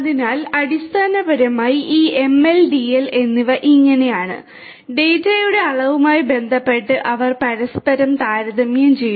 അതിനാൽ അടിസ്ഥാനപരമായി ഈ ML DL എന്നിവ ഇങ്ങനെയാണ് ഡാറ്റയുടെ അളവുമായി ബന്ധപ്പെട്ട് അവർ പരസ്പരം താരതമ്യം ചെയ്തു